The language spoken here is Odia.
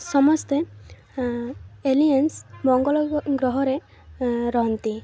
ସମସ୍ତେ ଏଲିଏନ୍ସ ମଙ୍ଗଳ ଗ୍ରହରେ ରହନ୍ତି